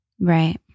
Right